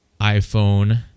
iPhone